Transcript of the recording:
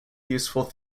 useful